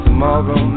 Tomorrow